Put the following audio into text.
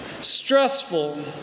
stressful